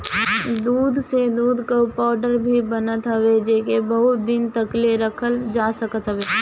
दूध से दूध कअ पाउडर भी बनत हवे जेके बहुते दिन तकले रखल जा सकत हवे